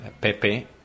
Pepe